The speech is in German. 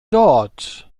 dort